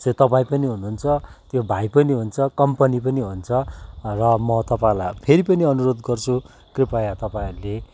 चाहिँ तपाईँ पनि हुनुहुन्छ त्यो भाइ पनि हुन्छ कम्पनी पनि हुन्छ र म तपाईँहरूलाई फेरि पनि अनुरोध गर्छु कृपया तपाईँहरूले